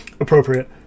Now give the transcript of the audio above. Appropriate